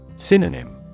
Synonym